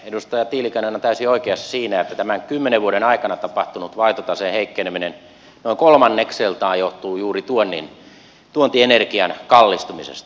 edustaja tiilikainen on täysin oikeassa siinä että tämä kymmenen vuoden aikana tapahtunut vaihtotaseen heikkeneminen noin kolmannekseltaan johtuu juuri tuontienergian kallistumisesta